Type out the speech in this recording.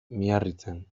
miarritzen